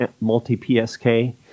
multi-PSK